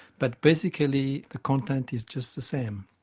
but basically the content is just the same.